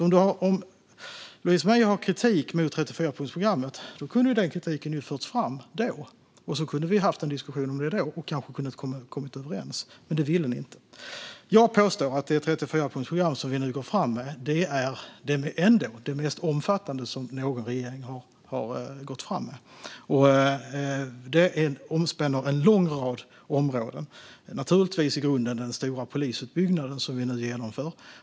Om Louise Meijer har kritik mot 34-punktsprogrammet kunde den kritiken ha förts fram då, och så kunde vi ha haft en diskussion då och kanske kunnat komma överens. Men det ville ni inte. Jag påstår att det 34-punktsprogram som vi nu går fram med är det mest omfattande som någon regering har gått fram med. Det omspänner en lång rad områden. Naturligtvis är grunden den stora polisutbyggnad som vi nu genomför.